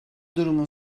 durumun